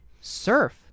Surf